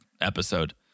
episode